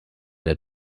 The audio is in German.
der